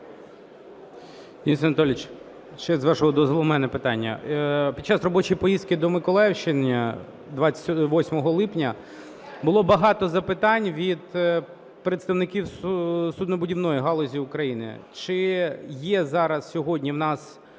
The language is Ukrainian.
Денис Анатолійович, ще, з вашого дозволу, в мене питання. Під час робочої поїздки до Миколаївщини 28 липня було багато запитань від представників суднобудівної галузі України. Чи є зараз сьогодні в нас